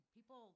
People